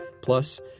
Plus